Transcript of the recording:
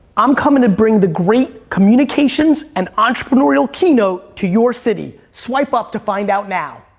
i'm coming to bring the great communications and entrepreneurial keynote to your city. swipe up to find out now.